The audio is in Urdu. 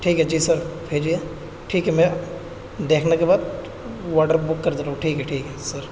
ٹھیک ہے جی سر بھیجیے ٹھیک ہے میں دیکھنے کے بعد واڈر بک کر دے رہا ہوں ٹھیک ہے ٹھیک ہے سر